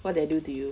what did I do to you